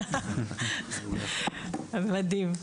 מדהים.